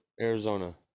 Arizona